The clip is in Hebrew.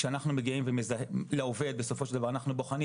כשאנחנו מגיעים לעובד בסופו של דבר אנחנו בוחנים